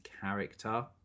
character